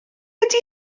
ydy